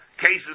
Cases